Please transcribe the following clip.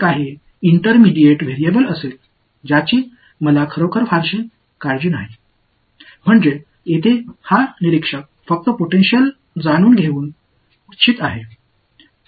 சில இடைநிலை மாறிகள் இருக்கும் நான் உண்மையில் அதைப் பற்றி அதிகம் கவலைப்படவில்லை இங்குள்ள இந்த பார்வையாளர் பொடன்டியல் அறிய விரும்புகிறார் என்று நான் நினைக்கிறேன்